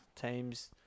teams